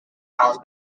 house